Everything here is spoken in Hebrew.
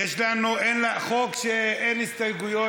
לחוק אין הסתייגויות,